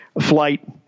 flight